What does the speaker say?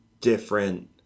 different